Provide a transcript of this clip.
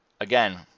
again